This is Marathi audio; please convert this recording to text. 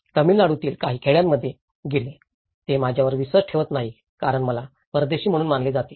तामिळनाडूतील काही खेड्यांमध्ये गेले ते माझ्यावर विश्वास ठेवत नाहीत कारण मला परदेशी म्हणून मानले जाते